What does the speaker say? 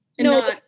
No